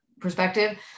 perspective